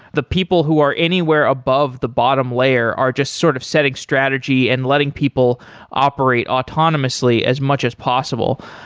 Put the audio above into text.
the people who are anywhere above the bottom layer are just sort of setting strategy and letting people operate autonomously as much as possible.